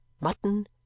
mutton